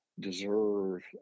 Deserve